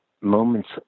moments